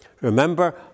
Remember